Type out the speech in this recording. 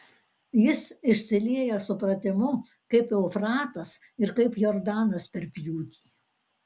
jis išsilieja supratimu kaip eufratas ir kaip jordanas per pjūtį